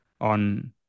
on